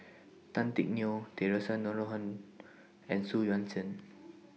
Tan Teck Neo Theresa Noronha and Xu Yuan Zhen